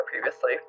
previously